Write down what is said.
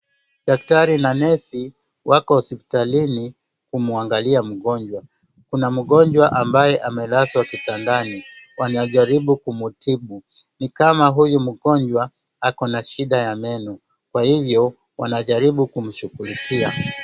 Daktari na nesi wako hospitalini kumwangalia mgonjwa. Kuna mgonjwa ambaye amelazwa kitandani .Wanajaribu kumtibu. Ni kama huyu mgonjwa ako na shida ya meno. Kwa hivyo wanajaribu kumshughulikia.